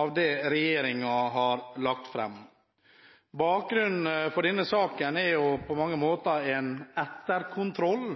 av det regjeringen har lagt fram. Bakgrunnen for denne saken er på mange måter en etterkontroll